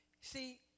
See